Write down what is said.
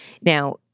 Now